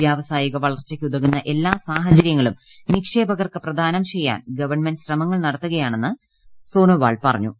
വ്യവസായിക വളർച്ചയ്ക്ക് ഉതകുന്ന എല്ലാ സാഹചര്യങ്ങളും നിക്ഷേപകർക്ക് പ്രദാനം ചെയ്യാൻ ഗവൺമെന്റ് ശ്രമങ്ങൾ നടത്തുകയാണ് എന്ന് സോനോവാൾ പറഞ്ഞു